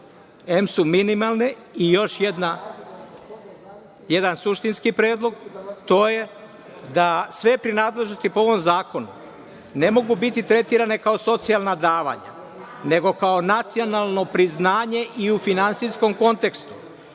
Republici Srbiji. Još jedan suštinski predlog, to je da sve prinadležnosti po ovom zakonu ne mogu biti tretirane kao socijalna davanja, nego kao nacionalno priznanje i u finansijskom kontekstu. Šta